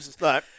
No